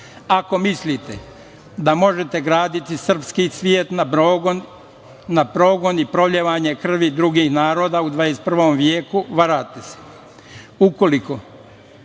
mislite da možete graditi srpski cvet na progonu i prolivanju krvi drugih naroda u 21. veku, varate